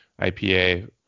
IPA